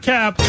Cap